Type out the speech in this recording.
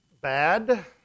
bad